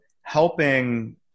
helping